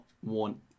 one